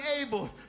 able